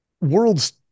Worlds